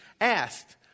asked